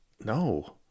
No